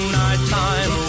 nighttime